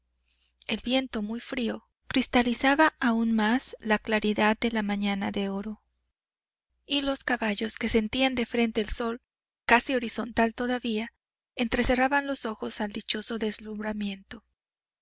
el viento muy frío cristalizaba aún más la claridad de la mañana de oro y los caballos que sentían de frente el sol casi horizontal todavía entrecerraban los ojos al dichoso deslumbramiento